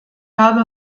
habe